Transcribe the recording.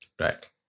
Right